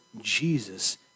Jesus